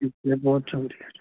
ठीक ऐ बहुत शुक्रिया जी